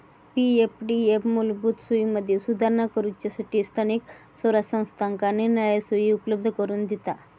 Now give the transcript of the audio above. पी.एफडीएफ मूलभूत सोयींमदी सुधारणा करूच्यासठी स्थानिक स्वराज्य संस्थांका निरनिराळे सोयी उपलब्ध करून दिता